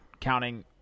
counting